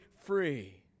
free